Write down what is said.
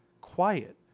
quiet